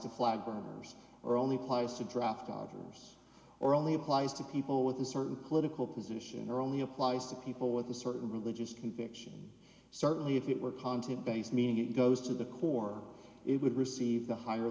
to flag burners or only applies to draft dodgers or only applies to people with a certain political position or only applies to people with a certain religious conviction certainly if it were ponting based meaning it goes to the core it would receive the higher